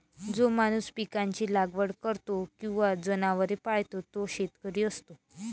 जो माणूस पिकांची लागवड करतो किंवा जनावरे पाळतो तो शेतकरी असतो